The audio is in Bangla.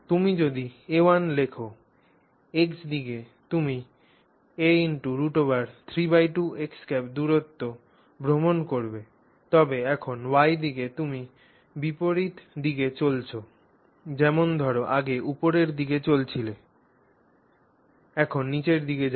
তুমি যদি a1 লেখ x দিকে তুমি a √32 দূরত্ব ভ্রমণ করবে তবে এখন Y দিকে তুমি বিপরীত দিকে চলেছ যেমন ধর আগে উপরের দিকে চলে গিয়েছিলে এখন নীচের দিকে যাবে